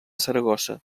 saragossa